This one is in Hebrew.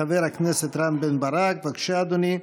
חבר הכנסת רם בן ברק, בבקשה, אדוני,